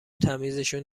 تمیزشون